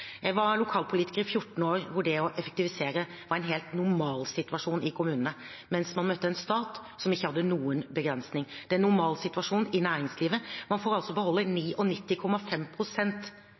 Jeg var lokalpolitiker i 14 år hvor det å effektivisere var normalsituasjonen i kommunene, mens man møtte en stat som ikke hadde noen begrensning. Det er normalsituasjonen i næringslivet. Man får altså beholde